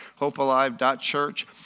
hopealive.church